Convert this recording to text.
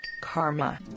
karma